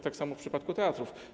Tak samo w przypadku teatrów.